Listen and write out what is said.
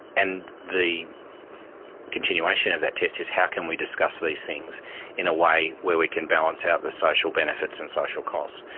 and the continuation of that test is how can we discuss these things in a way where we can balance out the social benefits and social costs.